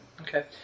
Okay